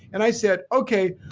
and i said, okay.